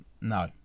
no